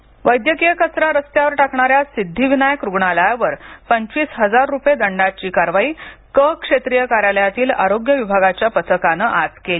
रुग्णालय कारवाई वैद्यकीय कचरा रस्त्यावर टाकणाऱ्या सिद्धीविनायक रुग्णालयावर पंचवीस हजार रूपये दंडाची कारवाई क क्षेत्रीय कार्यालयातील आरोग्य विभागाच्या पथकाने आज केली